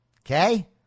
Okay